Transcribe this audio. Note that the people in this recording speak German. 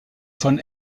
von